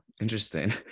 interesting